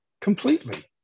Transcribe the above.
completely